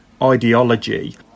Ideology